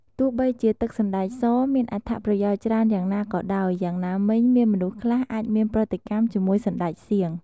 ទោះបីជាទឹកសណ្តែកសមានអត្ថប្រយោជន៍ច្រើនយ៉ាងណាក៏ដោយ យ៉ាងណាមិញ មានមនុស្សខ្លះអាចមានប្រតិកម្មជាមួយសណ្តែកសៀង។